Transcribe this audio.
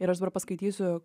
ir aš dar paskaitysiu